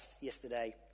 yesterday